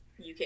UK